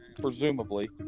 Presumably